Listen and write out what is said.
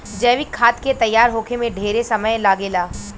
जैविक खाद के तैयार होखे में ढेरे समय लागेला